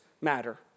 matter